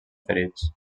ferits